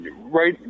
right